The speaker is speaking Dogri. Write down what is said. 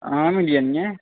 आं मिली जानियां